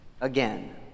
again